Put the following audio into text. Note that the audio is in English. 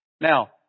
Now